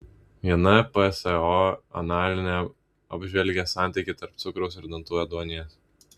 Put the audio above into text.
viena pso analizė apžvelgė santykį tarp cukraus ir dantų ėduonies